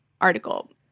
article